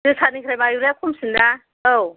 जोसानिफ्राय माइब्राया खमसिन ना औ